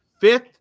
fifth